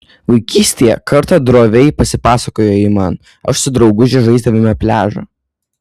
vaikystėje kartą droviai pasipasakojo ji man aš su drauguže žaisdavome pliažą